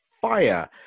fire